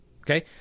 Okay